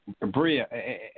Bria